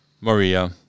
Maria